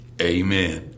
amen